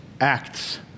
Acts